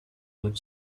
would